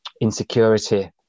insecurity